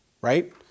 right